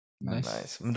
Nice